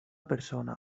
persona